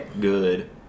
good –